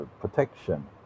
protection